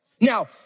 Now